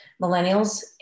millennials